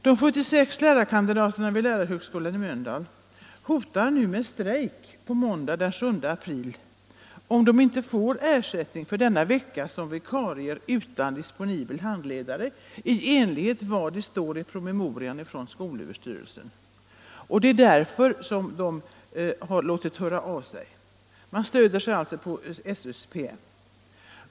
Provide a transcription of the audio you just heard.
De 76 lärarkandidaterna vid lärarhögskolan i Mölndal hotar nu med strejk måndagen den 7 april om de inte får ersättning för denna vecka som vikarier utan disponibel handledare i enlighet med vad som står i promemorian från skolöverstyrelsen. Det är därför som de har låtit höra av sig.